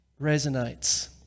resonates